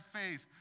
faith